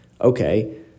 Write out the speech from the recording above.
okay